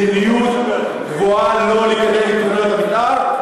זה מדיניות קבועה לא לקדם את תוכניות המתאר,